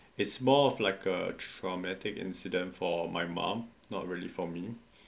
it's more of like a traumatic incident for my mum not really for me